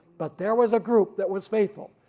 but there was a group that was faithful.